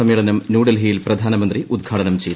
സമ്മേളനം ന്യൂഡൽഹിയിൽ പ്രധാനമന്ത്രി ഉദ്ഘാടനം ചെയ്തു